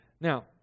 Now